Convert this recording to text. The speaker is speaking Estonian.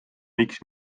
miks